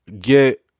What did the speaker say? get